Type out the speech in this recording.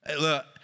look